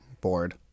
Bored